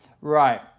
Right